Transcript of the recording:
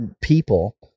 people